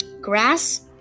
grass